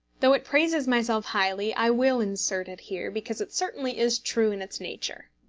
though it praises myself highly, i will insert it here, because it certainly is true in its nature